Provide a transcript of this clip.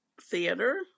Theater